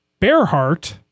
Bearheart